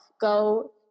Go